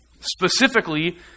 Specifically